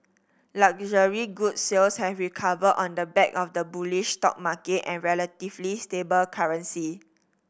luxury goods sales have recovered on the back of the bullish stock market and relatively stable currency